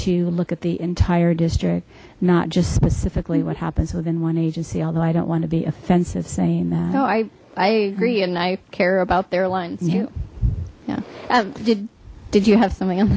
to look at the entire district not just specifically what happens within one agency although i don't want to be offensive saying that no i i agree and i care about their lines you did did you have some